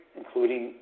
including